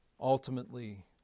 ultimately